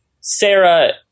Sarah